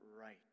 right